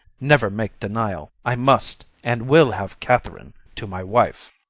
never make denial i must and will have katherine to my wife.